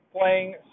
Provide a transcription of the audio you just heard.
playing